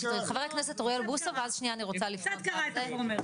אדם שמגיש 29 הסתייגויות קצת קרא את החומר,